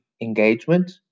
engagement